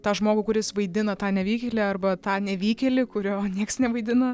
tą žmogų kuris vaidina tą nevykėlį arba tą nevykėlį kurio nieks nevaidina